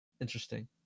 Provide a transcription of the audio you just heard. interesting